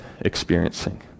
experiencing